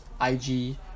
IG